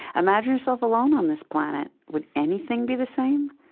imagine yourself alone on this planet. would anything be the same?